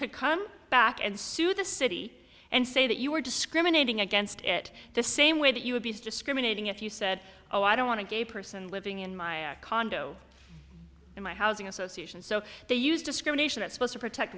could come back and sue the city and say that you were discriminating against it the same way that you would be discriminating if you said oh i don't want to gay person living in my condo in my housing association so they use discrimination that supposed to protect